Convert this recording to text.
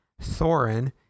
thorin